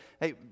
hey